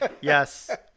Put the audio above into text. Yes